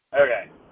Okay